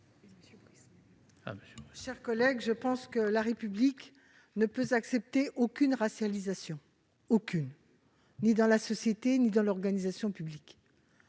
de vote. Je pense que la République ne peut accepter aucune racialisation. Aucune ! Ni dans la société ni dans l'organisation publique.